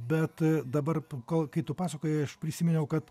bet dabar kol kai tu pasakojai aš prisiminiau kad